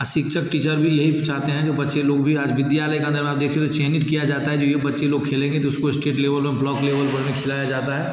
और शिक्षक टीचर भी यही चाहते हैं कि बच्चे लोग भी आज विद्यालय का अगर आप देखें तो चयनित किया जाता है जो ये बच्चे लोग खेलेंगे तो उसको इस्टेट लेवल और ब्लॉक लेवल पर में खिलाया जाता है